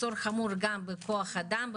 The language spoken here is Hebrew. מחסור חמור גם בכוח אדם,